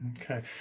Okay